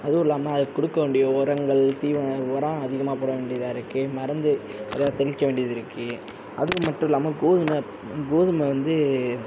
அதுவும் இல்லாம அதுக்கு கொடுக்க வேண்டிய உரங்கள் தீவன உரம் அதிகமாக போட வேண்டியதாக இருக்கு மருந்து நிறையா தெளிக்க வேண்டியது இருக்கு அதுக்கு மட்டும் இல்லாம கோதுமை கோதுமை வந்து